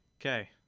Okay